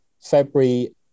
February